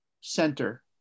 center